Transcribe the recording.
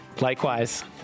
Likewise